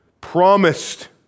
promised